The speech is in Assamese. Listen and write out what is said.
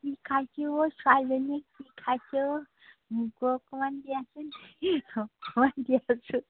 কি খাইছে অ ছোৱালীজনীয়ে কি খাইছে অ মোকো অকমান দিয়াচোন অকণ দিয়াচোন